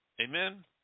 Amen